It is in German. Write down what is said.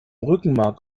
rückenmark